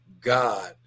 God